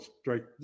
strike